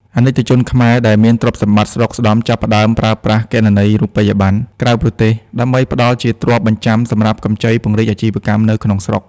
អាណិកជនខ្មែរដែលមានទ្រព្យសម្បត្តិស្ដុកស្តម្ភ ចាប់ផ្ដើមប្រើប្រាស់ "គណនីរូបិយប័ណ្ណក្រៅប្រទេស" ដើម្បីផ្ដល់ជាទ្រព្យបញ្ចាំសម្រាប់កម្ចីពង្រីកអាជីវកម្មនៅក្នុងស្រុក។